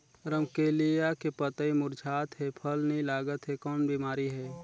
रमकलिया के पतई मुरझात हे फल नी लागत हे कौन बिमारी हे?